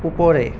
উপরে